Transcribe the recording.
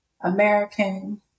American